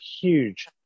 huge